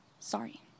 Sorry